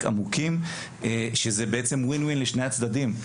עמוקים שזה בעצם WIN-WIN לשני הצדדים,